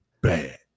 bad